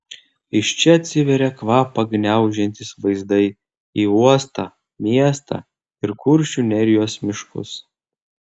iš čia atsiveria kvapą gniaužiantys vaizdai į uostą miestą ir kuršių nerijos miškus